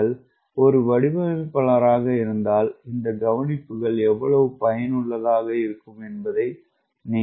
நீங்கள் வடிவமைப்பாளராக இருந்தால் இந்த கவனிப்புக்கள் எவ்வளவு பயனுள்ளதாக இருக்கும் என்பதை நீங்கள் காண்பீர்கள்